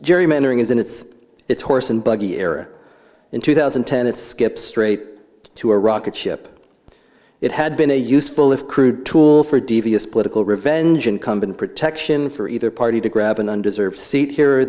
gerrymandering is in it's it's horse and buggy error in two thousand and ten and skip straight to a rocket ship it had been a useful if crude tool for devious political revenge incumbent protection for either party to grab an undeserved seat here or